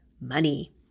money